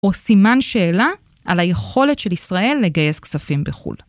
או סימן שאלה על היכולת של ישראל לגייס כספים בחו"ל.